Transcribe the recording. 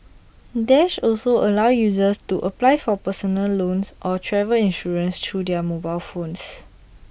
dash also allows users to apply for personal loans or travel insurance through their mobile phones